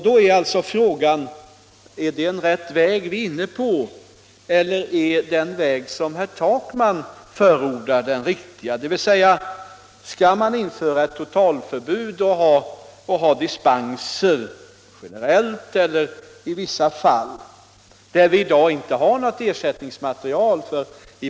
Då är alltså frågan: Är det rätt väg vi är inne på, eller är den väg som herr Takman förordar den riktiga? Skall vi införa ett totalförbud och ha dispenser — generellt eller i vissa fall — där vi i dag inte har något ersättningsmaterial?